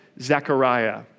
Zechariah